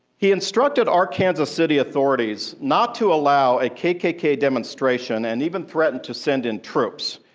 he instructed arkansas city authorities not to allow a kkk demonstration, and even threatened to send in troops.